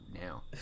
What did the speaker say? now